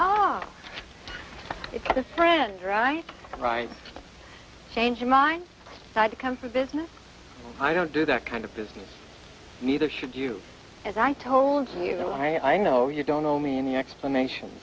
ah it's the friends right right change your mind to come from business i don't do that kind of business neither should you as i told you and i know you don't owe me an explanation